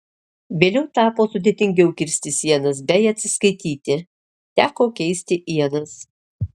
vėliau tapo sudėtingiau kirsti sienas bei atsiskaityti teko keisti ienas